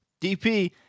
DP